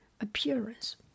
appearance